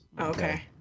Okay